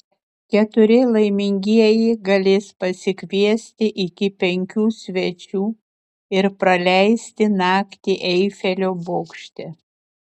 keturi laimingieji galės pasikviesti iki penkių svečių ir praleisti naktį eifelio bokšte